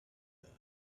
loved